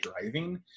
driving